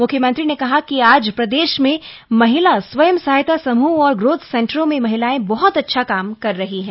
मुख्यमंत्री ने कहा कि आज प्रदेश में महिला स्वयं सहायता समूह और ग्रोथ सेंटरों में महिलाएं बहुत अच्छा काम कर रही हैं